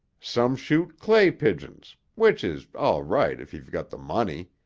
some shoot clay pigeons, which is all right if you got the money.